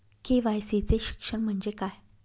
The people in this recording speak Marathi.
के.वाय.सी चे शिक्षण म्हणजे काय?